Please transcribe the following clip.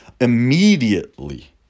immediately